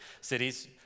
Cities